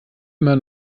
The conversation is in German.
immer